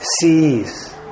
sees